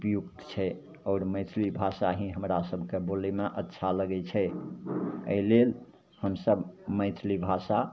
उपयुक्त छै आओर मैथिली भाषा ही हमरा सभकेँ बोलैमे अच्छा लगै छै एहिलेल हमसभ मैथिली भाषा